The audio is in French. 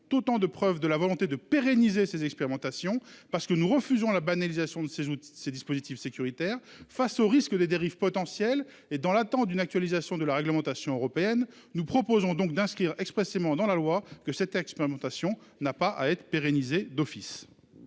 autant de preuves de la volonté de pérenniser ces expérimentations. Parce que nous refusons la banalisation de ces dispositifs sécuritaires, face au risque des dérives potentielles et dans l'attente d'une actualisation de la réglementation européenne, nous proposons d'inscrire expressément dans la loi que l'expérimentation n'a pas à être pérennisée d'office.